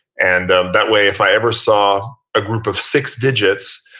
and that way if i ever saw a group of six digits,